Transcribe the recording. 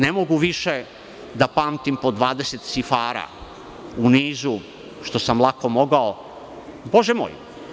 Ne mogu više da pamtim po 20 cifara u nizu što sam lako mogao, Bože moj.